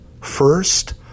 first